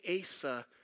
Asa